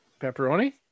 Pepperoni